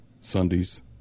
Sundays